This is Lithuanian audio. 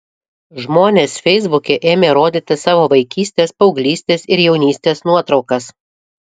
žmonės feisbuke ėmė rodyti savo vaikystės paauglystės ir jaunystės nuotraukas